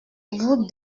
vous